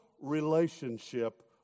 relationship